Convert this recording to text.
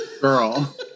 Girl